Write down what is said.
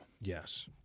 Yes